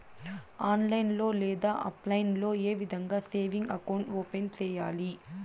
online లో లేదా offline లో ఏ విధంగా సేవింగ్ అకౌంట్ ఓపెన్ సేయాలి